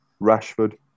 Rashford